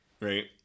Right